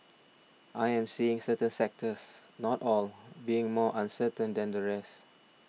I am seeing certain sectors not all being more uncertain than the rest